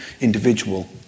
individual